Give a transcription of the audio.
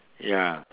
ya